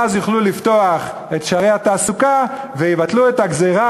ואז יוכלו לפתוח את שערי התעסוקה ויבטלו את הגזירה